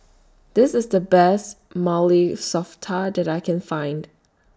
This IS The Best Maili Softa that I Can Find